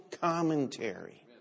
commentary